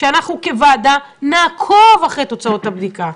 שאנחנו כוועדה נעקוב אחר תוצאות הבדיקה,